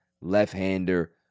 left-hander